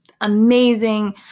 amazing